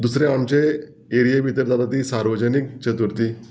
दुसरें आमचे एरिये भितर जाता ती सार्वजनीक चतुर्थी